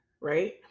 right